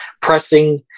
pressing